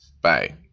Bye